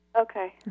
Okay